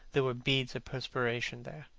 there were beads of perspiration there.